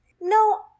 No